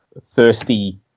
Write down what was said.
thirsty